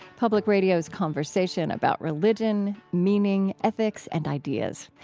public radio's conversation about religion, meaning, ethics, and ideas.